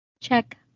check